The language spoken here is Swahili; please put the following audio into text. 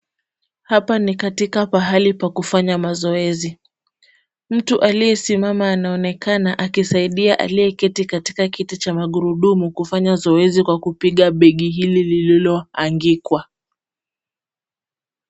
Hapa ni katika pahali pa kufanya mazoezi. Mtu aliyesimama anaonekana akisaidia aliyeketi katika kiti cha magurudumu kufanya zoezi kwa kupiga begi hili lililoangikwa.